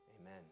Amen